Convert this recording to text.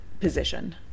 position